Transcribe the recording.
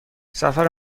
سفر